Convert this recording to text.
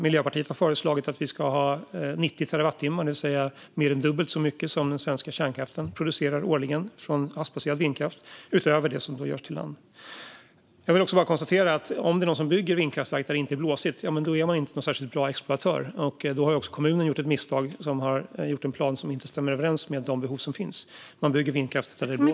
Miljöpartiet har föreslagit att vi ska ha 90 terawattimmar från havsbaserad vindkraft, det vill säga mer än dubbelt så mycket som den svenska kärnkraften producerar årligen, utöver det som produceras på land. Jag vill också konstatera att om man bygger vindkraft där det inte är speciellt blåsigt är man ingen särskilt bra exploatör. Då har också kommunen gjort ett misstag när man har gjort en plan som inte stämmer överens med de behov som finns. Man ska bygga vindkraft där det blåser.